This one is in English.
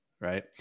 right